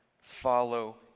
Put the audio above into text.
follow